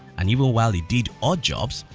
and even while he did odd jobs,